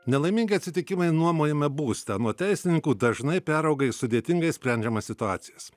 nelaimingi atsitikimai nuomojamame būstą anot teisininkų dažnai perauga į sudėtingai sprendžiamas situacijas